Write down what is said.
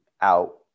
out